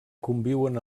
conviuen